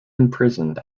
imprisoned